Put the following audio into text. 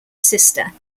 sister